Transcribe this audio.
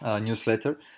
newsletter